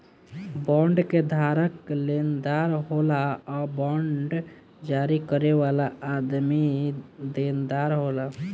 bond के धारक लेनदार होला आ बांड जारी करे वाला आदमी देनदार होला